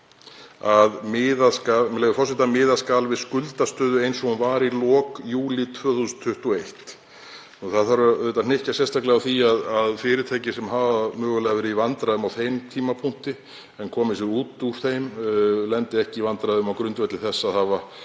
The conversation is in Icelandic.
að „miðað skal við skuldastöðu eins og hún var í lok júlí 2021.“ Það þarf að hnykkja sérstaklega á því að fyrirtæki sem hafa mögulega verið í vandræðum á þeim tímapunkti en komið sér út úr þeim lendi ekki í vandræðum á grundvelli þess að hafa